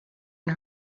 and